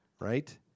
right